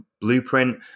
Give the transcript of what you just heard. blueprint